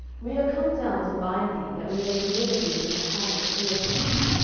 we are come down to bind thee, that we may deliver thee into the hand of the philistines.